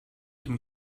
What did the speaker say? dem